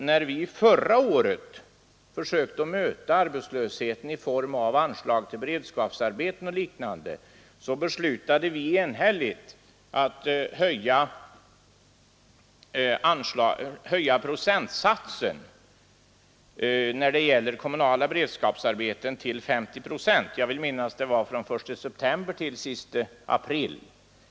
När vi förra året försökte möta arbetslösheten med anslag till beredskapsarbeten och liknande beslutade vi enhälligt att höja procentsatsen när det gäller kommunala beredskapsarbeten till 50 procent — jag vill minnas att det var från den 1 september t.o.m. den 30 april.